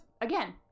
again